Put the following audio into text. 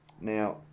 Now